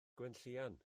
gwenllian